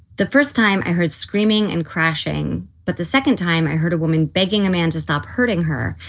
the first time i heard screaming and crashing, but the second time i heard a woman begging a man to stop hurting her.